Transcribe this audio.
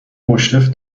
مشرف